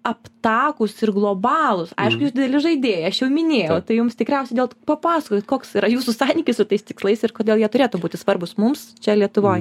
aptakūs ir globalūs aišku jūs dideli žaidėjai aš jau minėjau tai jums tikriausiai dėl papasakokit koks yra jūsų santykis su tais tikslais ir kodėl jie turėtų būti svarbūs mums čia lietuvoj